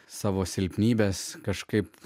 savo silpnybes kažkaip